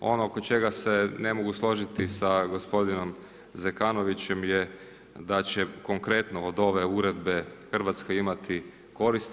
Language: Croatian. Ono oko čega se ne mogu složiti sa gospodinom Zekanovićem je da će konkretno od ove uredbe Hrvatska imati koristi.